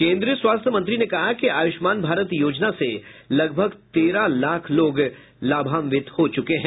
केंद्रीय स्वास्य मंत्री ने कहा कि आयुष्मान भारत योजना से लगभग तेरह लाख लोग लाभांवित हो चुके हैं